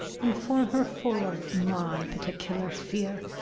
inform her full of my particular fear,